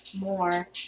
more